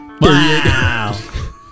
Wow